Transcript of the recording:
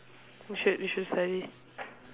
you should you should study